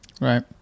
right